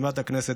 מעל בימת הכנסת,